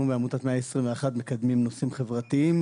אנחנו מעמותת 121 מקדמים נושאים חברתיים,